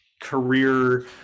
career